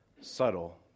subtle